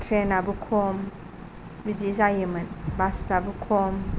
ट्रेनाबो खम बिदि जायोमोन बासफ्राबो खम